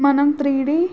మనం three D